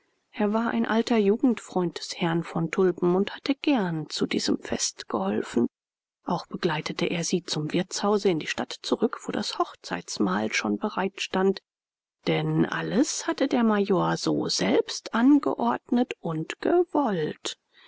er war ein alter jugendfreund des herrn von tulpen und hatte gern zu diesem fest geholfen auch begleitete er sie zum wirtshause in die stadt zurück wo das hochzeitsmahl schon bereit stand denn alles hatte der major so selbst angeordnet und gewollt